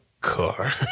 car